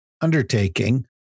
undertaking